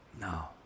No